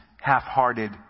half-hearted